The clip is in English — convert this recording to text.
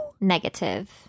Negative